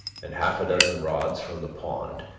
and half a dozen rods from the pond,